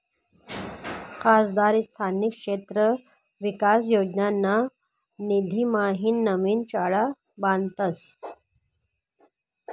खासदार स्थानिक क्षेत्र विकास योजनाना निधीम्हाईन नवीन शाळा बांधतस